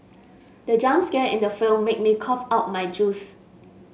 the jump scare in the film made me cough out my juice